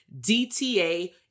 DTA